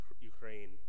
Ukraine